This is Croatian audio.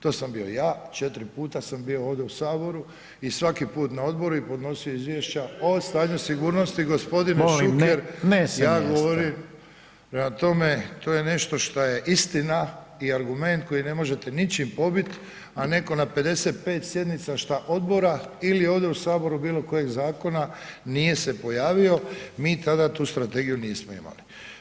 To sam bio ja, 4 puta sam bio ovdje u Saboru i svaki put na odboru i podnosio izvješća o stanju sigurnosti, …... [[Upadica se ne čuje.]] gospodine Šuker, ja govorim [[Upadica Reiner: Molim ne sa mjesta.]] Prema tome, to je nešto što je istina i argument koji ne možete ničim pobiti a netko na 55 sjednica šta odbora ili ovdje u Saboru bilo kojeg zakona nije se pojavio, mi tada tu strategiju nismo imali.